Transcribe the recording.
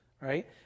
right